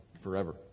forever